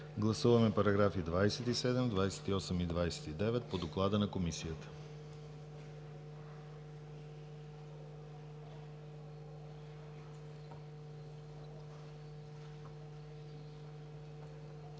се няма. Параграфи 27, 28 и 29 по доклада на Комисията